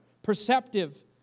Perceptive